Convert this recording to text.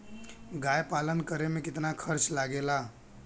गाय पालन करे में कितना खर्चा लगेला?